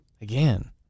again